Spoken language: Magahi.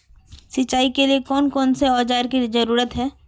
सिंचाई के लिए कौन कौन से औजार की जरूरत है?